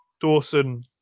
Dawson